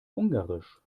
ungarisch